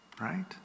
Right